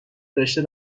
داشته